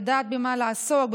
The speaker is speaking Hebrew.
ידעת במה לעסוק,